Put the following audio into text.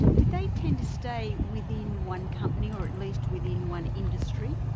did they tend to stay within one company, or at least within one industry?